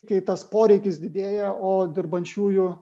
kai tas poreikis didėja o dirbančiųjų